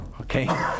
Okay